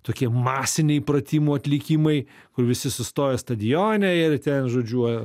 tokie masiniai pratimų atlikimai kur visi sustoja stadione ir ten žodžiu